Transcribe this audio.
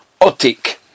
otik